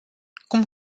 cum